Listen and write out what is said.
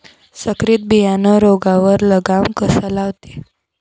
संकरीत बियानं रोगावर लगाम कसा लावते?